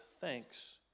thanks